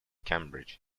cambridge